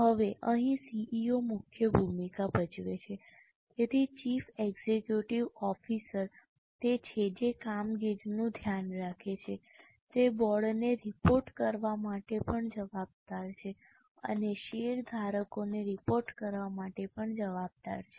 હવે અહીં સીઇઓ મુખ્ય ભૂમિકા ભજવે છે તેથી ચીફ એક્ઝિક્યુટિવ ઓફિસર તે છે જે કામગીરીનું ધ્યાન રાખે છે તે બોર્ડને રિપોર્ટ કરવા માટે પણ જવાબદાર છે અને શેરધારકોને રિપોર્ટ કરવા માટે પણ જવાબદાર છે